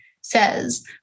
says